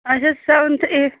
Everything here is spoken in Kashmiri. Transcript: اَچھا سیٚوَنتھ ایٚٹتھ